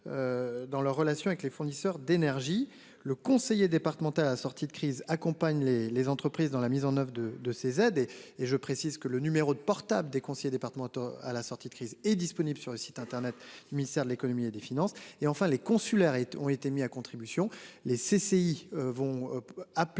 Dans leurs relations avec les fournisseurs d'énergie le conseiller départemental à la sortie de crise accompagne les les entreprises dans la mise en oeuvre de de ces aides et et je précise que le numéro de portable des conseillers départementaux à la sortie de crise est disponible sur le site internet, ministère de l'Économie et des Finances et enfin les consulaires et ont été mis à contribution les CCI vont appeler